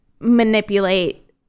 manipulate